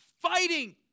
fighting